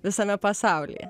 visame pasaulyje